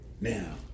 Now